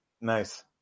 Nice